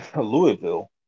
Louisville